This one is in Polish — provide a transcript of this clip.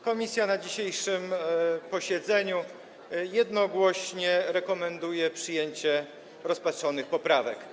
Komisja na dzisiejszym posiedzeniu jednogłośnie rekomenduje przyjęcie rozpatrzonych poprawek.